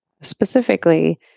specifically